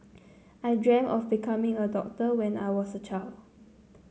I dreamt of becoming a doctor when I was a child